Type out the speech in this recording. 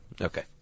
Okay